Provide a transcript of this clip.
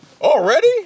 Already